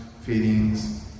feelings